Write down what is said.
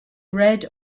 red